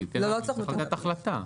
לא בתעודה.